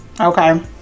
Okay